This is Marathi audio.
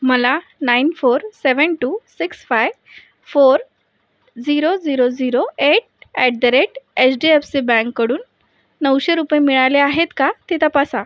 मला nine four seven two six five four zero zero zero eight at the rate H D F C बॅंककडून नऊशे रुपये मिळाले आहेत का ते तपासा